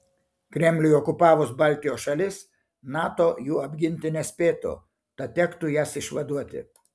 kremliui okupavus baltijos šalis nato jų apginti nespėtų tad tektų jas išvaduoti